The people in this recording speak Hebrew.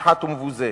מושחת ומבוזה.